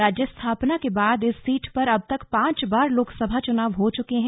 राज्य स्थापना के बाद इस सीट पर अब तक पाँच बार लोकसभा चुनाव हो चुके हैं